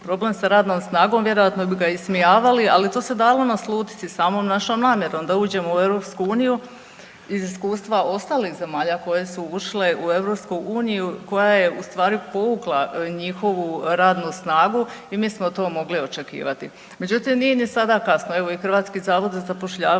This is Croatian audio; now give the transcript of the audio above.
problem sa radnom snagom vjerojatno bi ga ismijavali, ali to se dalo naslutiti samom našom namjerom da uđemo u EU iz iskustva ostalih zemalja koje su ušle u EU koja u stvari povukla njihovu radnu snagu i mi smo to mogli očekivati. Međutim nije ni sada kasno, evo i HZZ je dugi niz godina